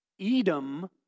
Edom